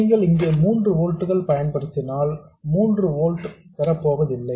நீங்கள் இங்கே 3 ஓல்ட்ஸ் பயன்படுத்தினால் 3 ஓல்ட்ஸ் பெறப்போவதில்லை